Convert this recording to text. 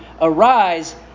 arise